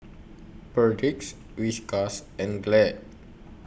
Perdix Whiskas and Glad